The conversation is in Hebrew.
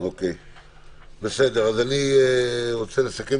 אבל הדיונים נמשכים